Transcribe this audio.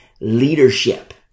leadership